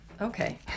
Okay